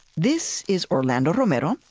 this is orlando romero.